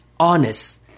honest